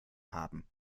haben